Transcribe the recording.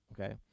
okay